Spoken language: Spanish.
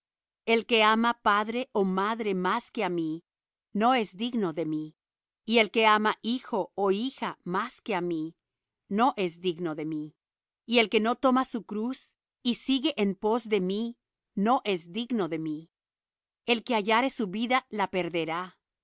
el que ama padre ó madre más que á mí no es digno de mí y el que ama hijo ó hija más que á mí no es digno de mí y el que no toma su cruz y sigue en pos de mí no es digno de mí el que hallare su vida la perderá